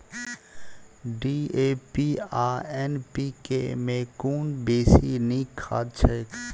DAP आ NPK मे कुन बेसी नीक खाद छैक?